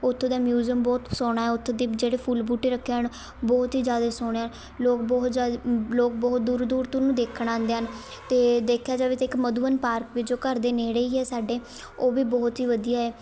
ਉੱਥੋਂ ਦਾ ਮਿਊਜ਼ੀਅਮ ਬਹੁਤ ਸੋਹਣਾ ਉੱਥੋਂ ਦੇ ਜਿਹੜੇ ਫੁੱਲ ਬੂਟੇ ਰੱਖੇ ਹਨ ਬਹੁਤ ਹੀ ਜ਼ਿਆਦਾ ਸੋਹਣੇ ਲੋਕ ਬਹੁਤ ਜ਼ਿਆਦਾ ਲੋਕ ਬਹੁਤ ਦੂਰੋਂ ਦੂਰ ਤੋਂ ਉਹਨੂੰ ਦੇਖਣ ਆਉਂਦੇ ਹਨ ਅਤੇ ਦੇਖਿਆ ਜਾਵੇ ਤਾਂ ਇੱਕ ਮਧੂਬਨ ਪਾਰਕ ਵੀ ਜੋ ਘਰ ਦੇ ਨੇੜੇ ਹੀ ਹੈ ਸਾਡੇ ਉਹ ਵੀ ਬਹੁਤ ਹੀ ਵਧੀਆ ਏ